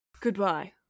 Goodbye